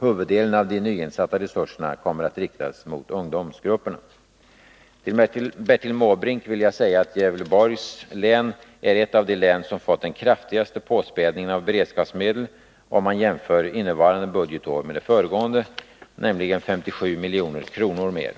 Huvuddelen av de nyinsatta resurserna kommer att riktas mot ungdomsgrupperna. Till Bertil Måbrink vill jag säga att Gävleborgs län är ett av de län som fått den kraftigaste påspädningen av beredskapsmedel om man jämför innevarande budgetår med det föregående, nämligen 57 milj.kr. mer.